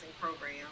program